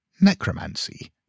necromancy